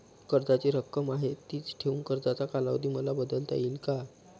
कर्जाची रक्कम आहे तिच ठेवून कर्जाचा कालावधी मला बदलता येईल का?